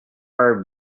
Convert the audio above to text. are